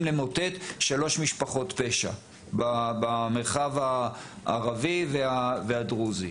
למוטט שלוש משפחות פשע במרחב הערבי והדרוזי,